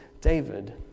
David